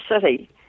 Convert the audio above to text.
city